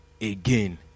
again